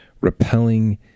repelling